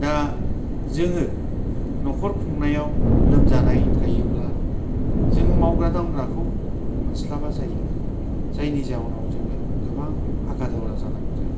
दा जोङो न'खर खुंनायाव लोमजानाय थायोब्ला जोङो मावग्रा दांग्राखौ मोनस्लाबा जायो जायनि जाहोनाव जोङो गोबां हाका दावरा जानांगौ जायो